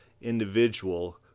individual